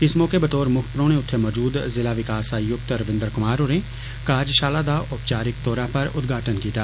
इस मौके बतौर मुक्ख परौहने उत्थें मजूद जिला विकास आयुक्त रविन्द्र कुमार होरें कार्जषाला दा औपचारिक तौरा पर उदघाटन कीता